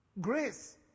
Grace